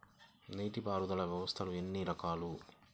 నీటిపారుదల వ్యవస్థలు ఎన్ని రకాలు?